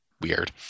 weird